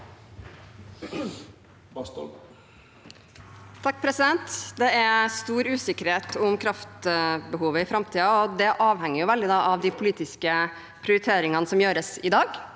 (MDG) Det er stor usik- kerhet om kraftbehovet i framtiden. Det avhenger veldig av de politiske prioriteringene som gjøres i dag.